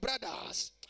brothers